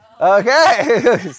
Okay